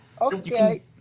Okay